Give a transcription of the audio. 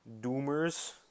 Doomers